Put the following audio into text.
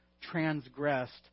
transgressed